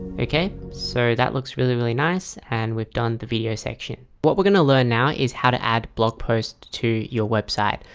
okay, so that looks really really nice and we've done the video section what we're going to learn now is how to add blog posts to your website.